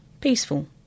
Peaceful